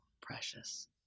precious